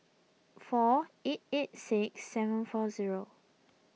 four eight eight six seven four zero